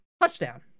touchdown